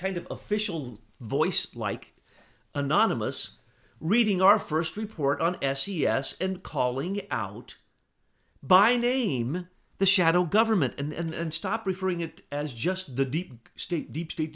kind of official voice like anonymous reading our first report on s c s and calling out by name the shadow government and stop referring it as just the deep state deep deep